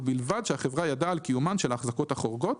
ובלבד שהחברה ידעה על קיומן של ההחזקות החורגות,